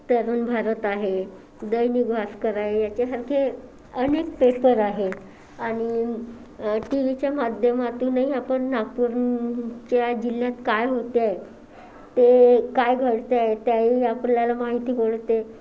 तरुण भारत आहे दैनिक भास्कर आहे याच्यासारखे अनेक पेपर आहेत आणि टीव्हीच्या माध्यमातूनही आपण नागपूरच्या जिल्ह्यात काय होतं आहे ते काय घडतं आहे ते ही आपल्याला माहिती पडते